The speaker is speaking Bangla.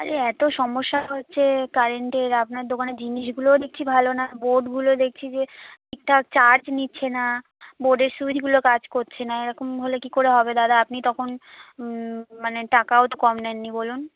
আরে এতো সমস্যা হচ্ছে কারেন্টের আপনার দোকানের জিনিসগুলোও দেখছি ভালো না বোর্ডগুলো দেখছি যে ঠিকঠাক চার্জ নিচ্ছে না বোর্ডের সুইচগুলো কাজ করছে না এরকম হলে কী করে হবে দাদা আপনি তখন মানে টাকাও তো কম নেননি বলুন